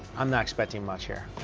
i'm not expecting much here.